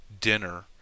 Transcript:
Dinner